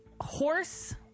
horse